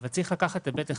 אתה צריך לקחת היבט אחד,